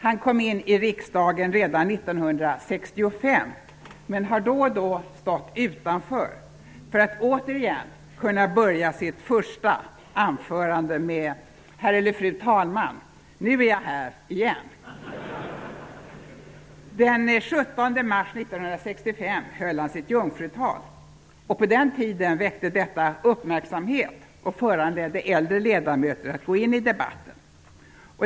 Han kom in i riksdagen redan 1965, men har då och då stått utanför för att återigen kunna börja sitt ''första'' anförande med orden ''Herr/Fru talman! Nu är jag här igen''. Den 17 mars 1965 höll han sitt jungfrutal. På den tiden väckte detta uppmärksamhet och föranledde äldre ledamöter att gå in i debatten.